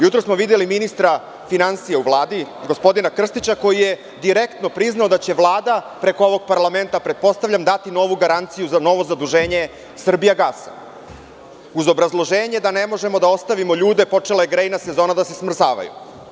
Jutros smo videli ministra finansija u Vladi, gospodina Krstića, koji je direktno priznao da će Vlada preko ovog parlamenta, pretpostavljam dati novu garanciju za novo zaduženje „Srbijagasa“, uz obrazloženje da ne možemo da ostavimo ljude, počela je grejna sezona, da se smrzavaju.